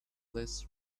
less